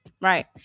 right